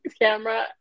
camera